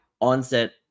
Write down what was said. onset